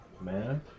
man